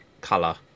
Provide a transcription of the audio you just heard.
colour